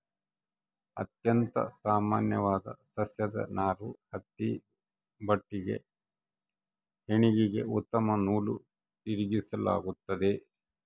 ಅತ್ಯಂತ ಸಾಮಾನ್ಯವಾದ ಸಸ್ಯದ ನಾರು ಹತ್ತಿ ಬಟ್ಟೆಗೆ ಹೆಣಿಗೆಗೆ ಉತ್ತಮ ನೂಲು ತಿರುಗಿಸಲಾಗ್ತತೆ